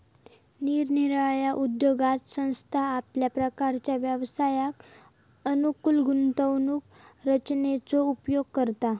निरनिराळ्या उद्योगात संस्था आपल्या प्रकारच्या व्यवसायास अनुकूल गुंतवणूक रचनेचो उपयोग करता